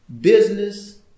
business